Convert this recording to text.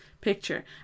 picture